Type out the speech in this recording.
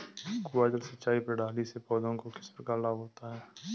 कुआँ जल सिंचाई प्रणाली से पौधों को किस प्रकार लाभ होता है?